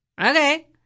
Okay